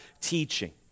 teaching